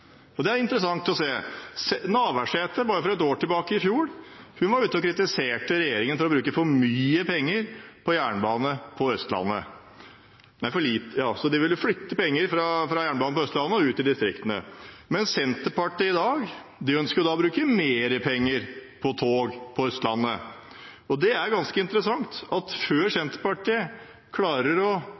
Og det er interessant å se. Navarsete var i fjor, for bare ett år tilbake, ute og kritiserte regjeringen for å bruke for mye penger på jernbane på Østlandet. Senterpartiet ville flytte penger fra jernbane på Østlandet og ut i distriktene, mens de i dag ønsker å bruke mer penger på tog på Østlandet. Det er ganske interessant. Før Senterpartiet klarer å